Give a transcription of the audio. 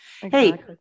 Hey